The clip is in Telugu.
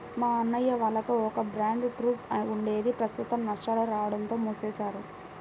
మా అన్నయ్య వాళ్లకి ఒక బ్యాండ్ ట్రూప్ ఉండేది ప్రస్తుతం నష్టాలు రాడంతో మూసివేశారు